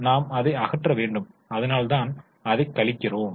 எனவே நாம் அதை அகற்ற வேண்டும் அதனால்தான் அதை கழிக்கிறோம்